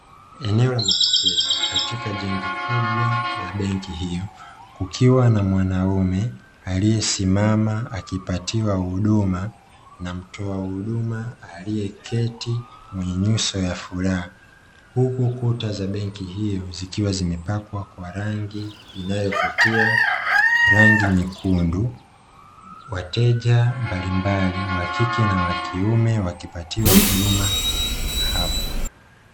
Eneo la mapokezi katika jengo kubwa la benki hiyo kukiwa na mwanaume aliyesimama akipatiwa huduma na mtoa huduma aliyeketi mwenye nyuso ya furaha, huku kuta za benki hiyo zikiwa zimepakwa kwa rangi inayovutia rangi nyekundu wateja mbalimbali wa kike na wa kiume wakipatiwa huduma hapo.